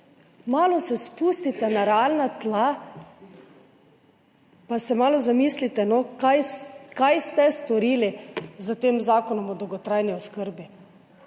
Malo se spustite na realna tla pa se malo zamislite, kaj ste storili s tem zakonom o dolgotrajni oskrbi.